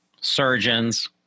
surgeons